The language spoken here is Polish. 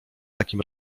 takim